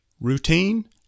routine